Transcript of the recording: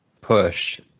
push